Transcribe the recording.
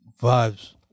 vibes